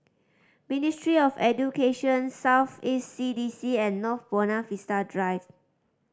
Ministry of Education South East C D C and North Buona Vista Drive